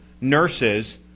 nurses